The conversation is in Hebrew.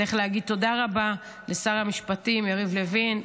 צריך להגיד תודה רבה לשר המשפטים יריב לוין,